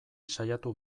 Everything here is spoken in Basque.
saiatu